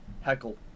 heckle